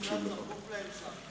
אדוני ראש הממשלה, צפוף להם שם.